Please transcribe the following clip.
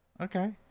Okay